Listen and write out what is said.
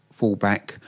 fallback